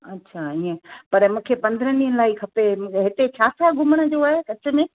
अच्छा ईअं पर मूंखे पंद्रहंनि ॾींहंनि लाइ खपे हिते छा छा घुमण जो आहे कच्छ में